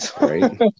Right